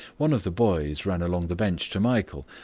one of the boys ran along the bench to michael,